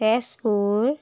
Tezpur